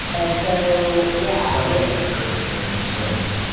and so yeah blessing and the curse of no constraints.